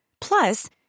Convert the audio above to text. Plus